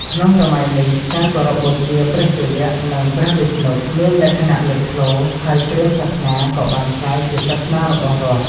ក្នុងសម័យនេះ ការគោរពបូជា ព្រះសិវៈ និង ព្រះវិស្ណុ មានលក្ខណៈលេចធ្លោ ហើយព្រាហ្មណ៍សាសនាក៏បានក្លាយជាសាសនារបស់រដ្ឋ។